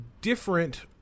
different